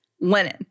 linen